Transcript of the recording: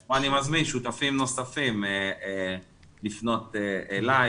פה אני מזמין שותפים נוספים לפנות אליי